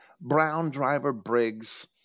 Brown-Driver-Briggs